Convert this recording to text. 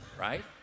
right